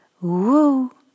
Woo